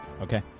Okay